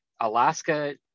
Alaska